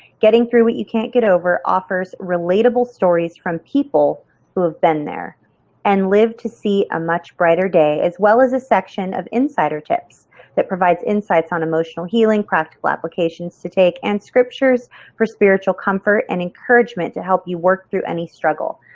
getting through what you can't get over offers relatable stories from people who have been there and lived to see a much brighter day as well as a section of insider tips that provides insights on emotional healing, practical applications to take and scriptures for spiritual comfort and encouragement to help you work through any struggle.